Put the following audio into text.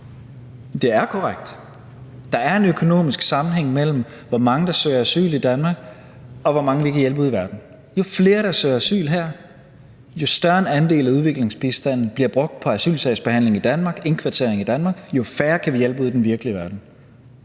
Det er korrekt. Der er en økonomisk sammenhæng mellem, hvor mange der søger asyl i Danmark, og hvor mange vi kan hjælpe ude i verden. Jo flere der søger asyl her, og jo større en andel af udviklingsbistanden, der bliver brugt på asylsagsbehandlingen i Danmark og indkvartering i Danmark, jo færre kan vi hjælpe ude i den virkelige verden.